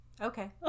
okay